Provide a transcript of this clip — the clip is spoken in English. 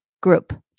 group